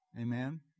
Amen